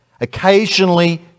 occasionally